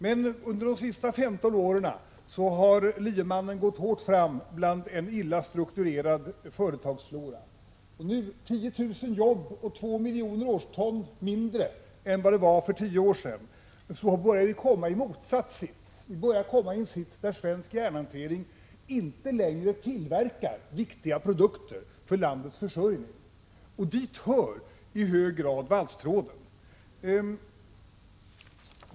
Men under de senaste 15 åren har liemannen gått hårt fram i en illa strukturerad företagsflora. Med 10 000 färre jobb och 2 miljoner årston mindre än för tio år sedan börjar vi komma i motsatt sits: svensk järnhantering tillverkar inte längre för landets försörjning viktiga produkter. Till dessa hör i hög grad valstråd.